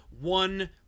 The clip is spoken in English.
one